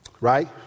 Right